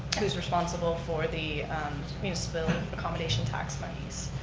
who's responsible for the municipal and accomodation tax monies.